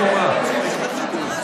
מס בשיעור אפס על תרופות),